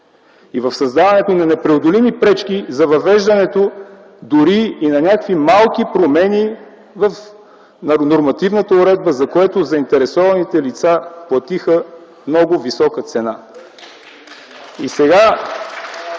и в създаването на непреодолими пречки за въвеждането дори и на някакви малки промени в нормативната уредба, за което заинтересованите лица платиха много висока цена.